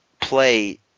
play